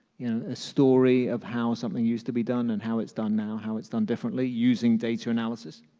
you know a story of how something used to be done and how it's done now, how it's done differently using data analysis?